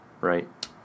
right